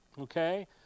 Okay